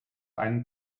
einen